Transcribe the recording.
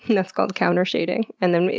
that's called countershading, and then,